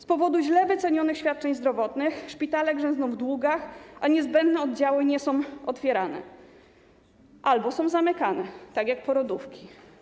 Z powodu źle wycenionych świadczeń zdrowotnych szpitale grzęzną w długach, a niezbędne oddziały nie są otwierane albo są zamykane, tak jak porodówki.